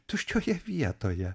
tuščioje vietoje